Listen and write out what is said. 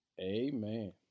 amen